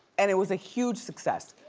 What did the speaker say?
and it was a huge success.